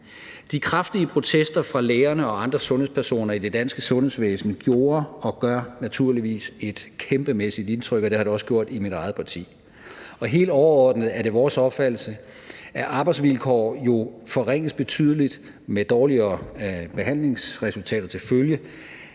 De kraftige protester fra lægerne og andre sundhedspersoner i det danske sundhedsvæsen gjorde og gør naturligvis et kæmpemæssigt indtryk, og det har det også gjort i mit eget parti. Helt overordnet er det vores opfattelse, at arbejdsvilkår jo forringes betydeligt med dårligere behandlingsresultater til følge,